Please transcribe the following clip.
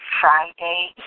Friday